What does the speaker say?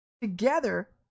together